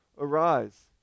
Arise